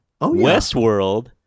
Westworld